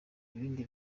ibindi